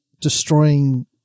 destroying